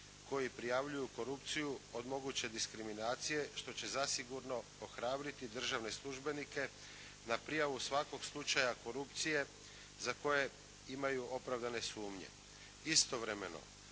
koji prijavljuju korupciju od moguće diskriminacije što će zasigurno ohrabriti državne službenike na prijavu svakog slučaja korupcije za koje imaju opravdane sumnje. Istovremeno,